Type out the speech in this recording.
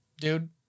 Dude